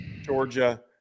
Georgia